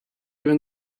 even